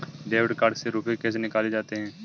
Debit card से रुपये कैसे निकाले जाते हैं?